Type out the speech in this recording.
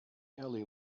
ellie